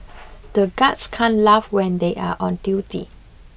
the guards can't laugh when they are on duty